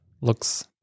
looks